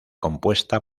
compuesta